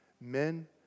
men